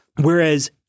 Whereas